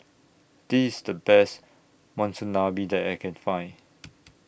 This IS The Best Monsunabe that I Can Find